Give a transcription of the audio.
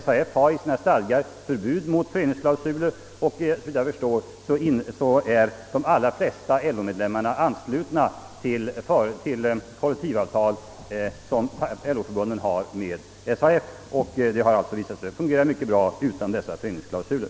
SAF har i sina stadgar förbud mot föreningsklausuler, och såvitt jag förstår är de flesta LO-medlemmarna anslutna till kolektivavtal som LO-förbunden träffat med SAF. Dessa avtal har visat sig fungera mycket bra utan föreningsklausuler.